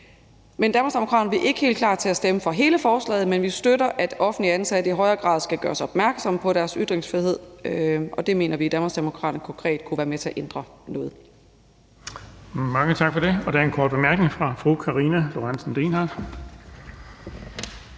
er vi ikke helt klar til at stemme for hele forslaget, men vi støtter, at offentligt ansatte i højere grad skal gøres opmærksomme på deres ytringsfrihed, og det mener vi i Danmarksdemokraterne konkret kunne være med til at ændre noget.